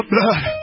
blood